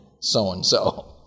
so-and-so